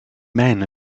men